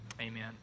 Amen